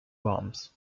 bombs